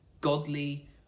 godly